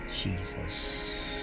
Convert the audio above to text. Jesus